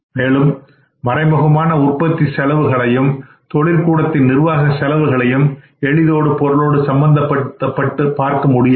மேலும் மறைமுகமான உற்பத்தி செலவுகளையும் தொழிற் கூடத்தின் நிர்வாக செலவுகளையும் எளிதாக பொருளோடு சம்பந்தப்படுத்தப்பட்டு பார்க்க இயலாது